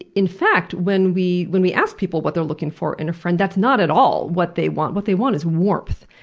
in in fact, when we when we ask people what they are looking for in a friend, that's not at all what they want. what they want is warmth.